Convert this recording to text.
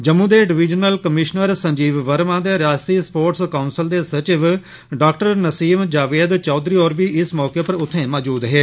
जम्मू दे divisional commissioner Sanjeev Verma ते रियास्ती स्पोर्टस कौंसल दे सचिव डॉ नसीम जावेद चौधरी होर बी इस मौके पर इत्थें मौजूद हे